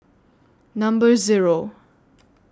Number Zero